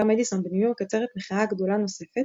מדיסון בניו יורק עצרת מחאה גדולה נוספת